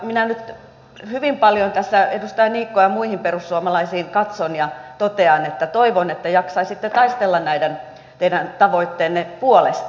minä nyt hyvin paljon tässä edustaja niikkoon ja muihin perussuomalaisiin katson ja totean että toivon että jaksaisitte taistella näiden teidän tavoitteidenne puolesta